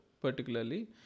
particularly